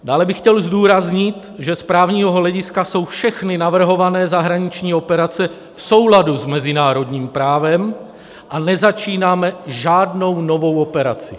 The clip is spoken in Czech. Dále bych chtěl zdůraznit, že z právního hlediska jsou všechny navrhované zahraniční operace v souladu s mezinárodním právem a nezačínáme žádnou novou operaci.